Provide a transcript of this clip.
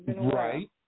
Right